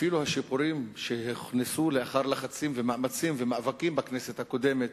אפילו השיפורים שהוכנסו לאחר לחצים ומאמצים ומאבקים בכנסת הקודמת,